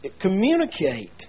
communicate